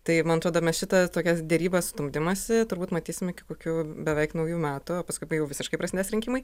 tai man atrodo mes šitą tokias derybas stumdymąsi turbūt matysim iki kokių beveik naujų metų paskui kai jau visiškai prasidės rinkimai